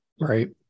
right